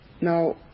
Now